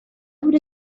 would